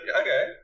okay